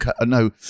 No